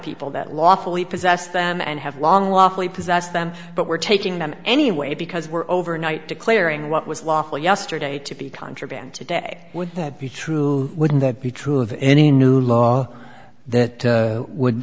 people that lawfully possess them and have long lawfully possess them but we're taking them anyway because we're over night declaring what was lawful yesterday to be contraband today would that be true wouldn't that be true of any new law that would